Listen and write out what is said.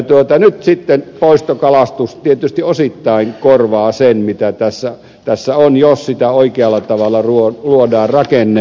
nyt sitten poistokalastus tietysti osittain korvaa sen mitä tässä on jos siitä oikealla tavalla luodaan rakenne